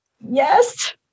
Yes